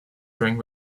during